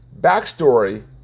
backstory